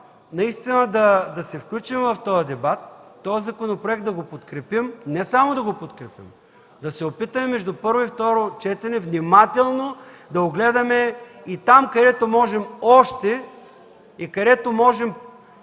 призовавам да се включим в този дебат. Този законопроект да го подкрепим – не само да го подкрепим, а да се опитаме между първо и второ четене внимателно да огледаме и там, където можем, без да